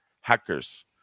hackers